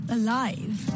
alive